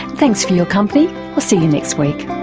thanks for your company see you next week